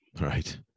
Right